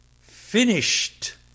finished